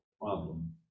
problem